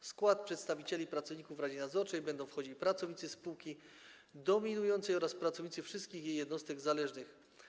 W skład grupy przedstawicieli pracowników w radzie nadzorczej będą wchodzili pracownicy spółki dominującej oraz pracownicy wszystkich jej jednostek zależnych.